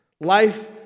Life